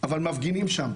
אבל מפגינים שם.